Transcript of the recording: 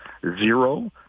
zero